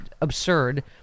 absurd